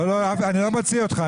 אני אוציא את עצמי.